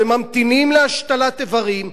וממתינים להשתלת איברים,